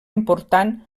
important